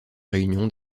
réunion